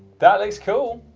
that looks cool.